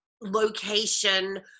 location